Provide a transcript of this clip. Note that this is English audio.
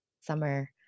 summer